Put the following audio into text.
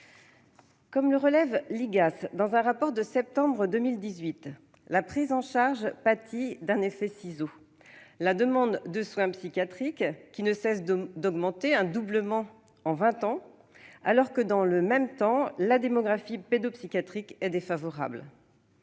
Comme le relève l'IGAS dans un rapport de septembre 2018, la prise en charge pâtit d'un effet ciseaux : la demande de soins psychiatriques ne cesse d'augmenter- elle a doublé en vingt ans -, alors que, dans le même temps, la démographie pédopsychiatrique est défavorable.